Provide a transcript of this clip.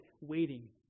waiting